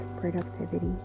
productivity